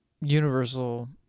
universal